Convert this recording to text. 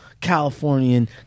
Californian